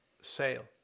sale